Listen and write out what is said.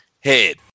head